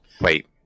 Wait